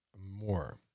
more